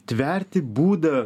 tverti būdą